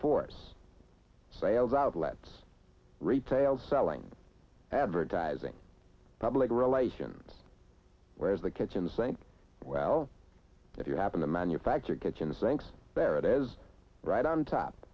force sales outlets retail selling advertising public relations whereas the kitchen saying well if you happen to manufacture kitchen sinks there it is right on top